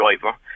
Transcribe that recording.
driver